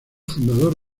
fundador